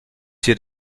hier